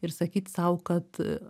ir sakyt sau kad